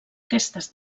aquestes